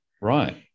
Right